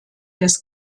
des